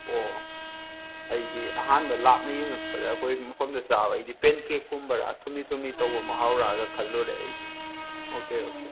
ꯑꯣ ꯑꯩꯗꯤ ꯑꯍꯥꯟꯕ ꯂꯥꯞꯅ ꯌꯦꯡꯂꯛꯄꯗ ꯑꯩꯈꯣꯏ ꯃꯐꯝꯗ ꯆꯥꯕꯩꯗꯤ ꯄꯦꯟꯀꯦꯛ ꯀꯨꯝꯕꯔꯥ ꯊꯨꯝꯂꯤ ꯊꯨꯝꯂꯤ ꯇꯧꯕ ꯃꯍꯥꯎꯔꯥꯅ ꯈꯜꯂꯨꯔꯦ ꯑꯩꯗꯤ ꯑꯣꯀꯦ ꯑꯣꯀꯦ